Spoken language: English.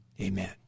amen